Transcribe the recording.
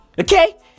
Okay